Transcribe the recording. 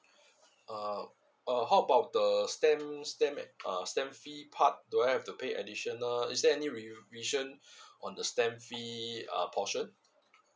uh uh how about the stamp stamp uh stamp fee part do I have to pay additional is there any revision on the stamp fee uh portion